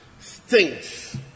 stinks